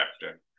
chapter